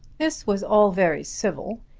this was all very civil,